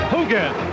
Hogan